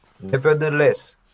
Nevertheless